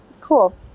Cool